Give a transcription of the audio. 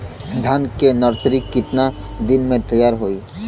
धान के नर्सरी कितना दिन में तैयार होई?